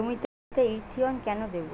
জমিতে ইরথিয়ন কেন দেবো?